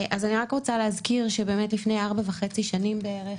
אני רק רוצה להזכיר שלפני 4.5 שנים בערך